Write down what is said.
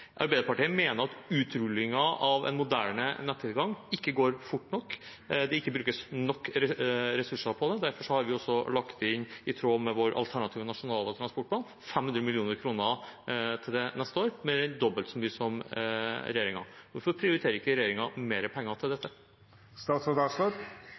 Arbeiderpartiet mener at utrullingen av en moderne nettilgang ikke går fort nok, at det ikke brukes nok ressurser på det. I tråd med vår alternative nasjonale transportplan har vi derfor lagt inn 500 mill. kr til det for neste år – mer enn dobbelt så mye som regjeringen. Hvorfor prioriterer ikke regjeringen mer penger til